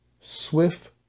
Swift